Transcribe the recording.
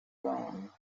wrong